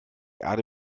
erde